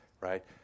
right